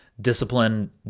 discipline